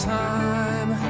time